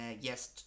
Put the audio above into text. yes